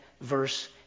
verse